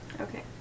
Okay